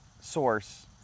source